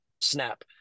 snap